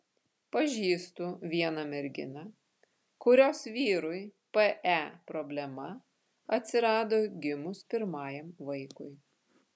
pažįstu vieną merginą kurios vyrui pe problema atsirado gimus pirmajam vaikui